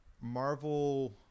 Marvel